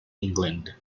england